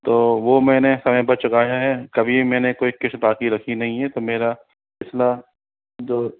तो वो मैंने समय पर चुकाया है कभी मैंने कोई किस्त बाकी रखी नहीं है तो मेरा पिछला जो